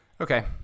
Okay